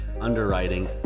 underwriting